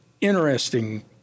interesting